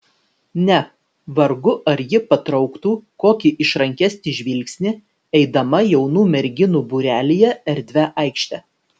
ne vargu ar ji patrauktų kokį išrankesnį žvilgsnį eidama jaunų merginų būrelyje erdvia aikšte